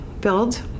build